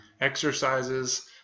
exercises